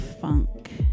Funk